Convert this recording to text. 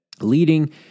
leading